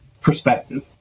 perspective